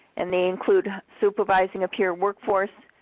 and they include supervising a peer workforce,